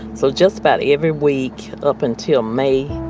so just about every week up until may,